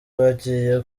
bagiye